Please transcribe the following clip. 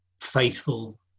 faithful